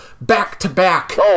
back-to-back